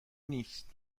نیست